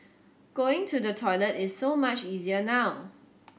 going to the toilet is so much easier now